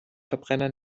verbrenner